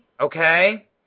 Okay